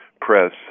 press